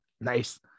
Nice